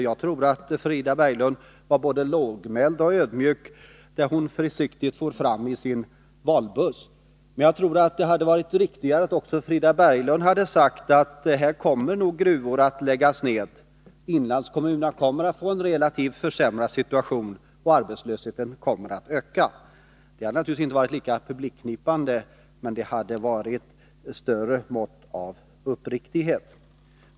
Jag tror att Frida Berglund var både lågmäld och ödmjuk, när Nr 143 hon försiktigt for fram i sin valbuss. Men det hade varit riktigare om Frida Berglund hade sagt att gruvor nog kommer att läggas ned, att inlandskommunerna kommer att få en försämring och att arbetslösheten kommer att öka. Det hade naturligtvis inte varit lika publikknipande, men det hade varit mera uppriktigt.